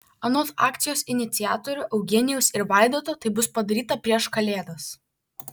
anot akcijos iniciatorių eugenijaus ir vaidoto tai bus padaryta prieš kalėdas